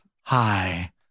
Hi